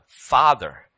father